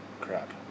crap